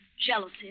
jealousy